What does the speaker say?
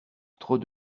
trop